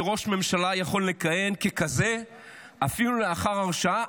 שראש ממשלה יכול לכהן ככזה אפילו לאחר הרשעה,